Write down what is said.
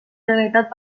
generalitat